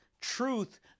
truth